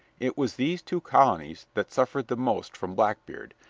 it was these two colonies that suffered the most from blackbeard,